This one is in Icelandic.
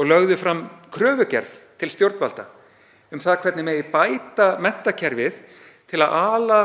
og lögðu fram kröfugerð til stjórnvalda um það hvernig megi bæta menntakerfið til að ala